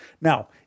Now